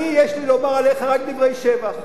לרגע הבנתי, אני, יש לי לומר עליך רק דברי שבח.